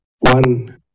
one